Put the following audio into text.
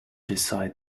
decide